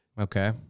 okay